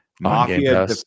Mafia